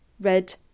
red